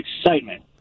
excitement